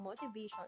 motivation